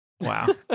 Wow